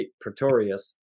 Pretorius